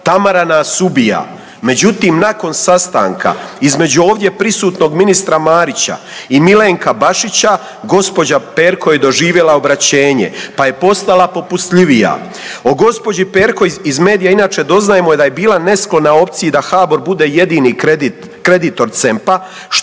Tamara nas ubija, međutim nakon sastanka između ovdje prisutnog ministra Marića i Milenka Bašića, gđa. Perko je doživjela obraćenje, pa je postala popustljivija. O gđi. Perko iz medija inače doznajemo da je bila nesklona opciji da HBOR bude jedini kreditor CEMP-a.